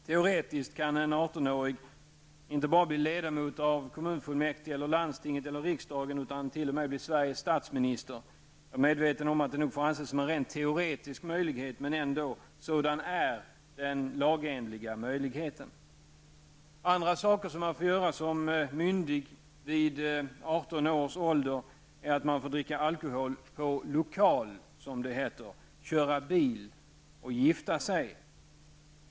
Teoretiskt kan en 18 åring inte bara bli ledamot av kommunfullmäktige, landstinget eller riksdagen utan t.o.m. bli Sveriges statsminister. Jag är medveten om att det nog får anses som en rent teoretisk möjlighet, men ändock, sådan är den lagenliga möjligheten. Andra saker man får göra som myndig vid 18 års ålder är att dricka alkohol på lokal, som det heter, köra bil och gifta sig.